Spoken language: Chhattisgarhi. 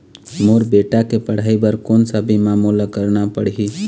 मोर बेटा के पढ़ई बर कोन सा बीमा मोला करना पढ़ही?